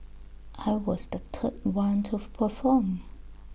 I was the third one to perform